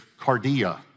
cardia